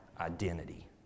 identity